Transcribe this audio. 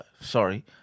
Sorry